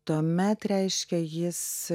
tuomet reiškia jis